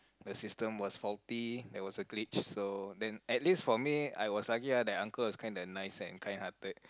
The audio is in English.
the system was faulty there was a glitch so then at least for me I was lucky ah that uncle was nice and kind hearted